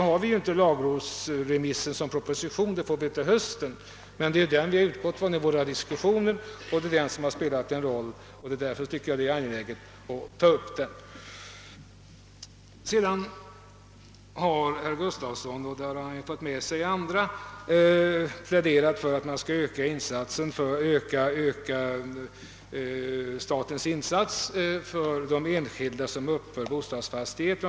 Lagrådsremissen blir som sagt inte proposition förrän i höst, men det är propositionen vi har utgått från i våra diskussioner. Det är den som har spelat en roll i sammanhanget, och därför tycker jag det har varit angeläget att säga det som jag här anfört. Sedan har herr Gustafsson i Skellefteå dragit med sig några andra i sin plädering för att öka statens insatser till enskilda som uppför bostadsfastigheter.